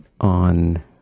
on